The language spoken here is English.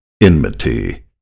enmity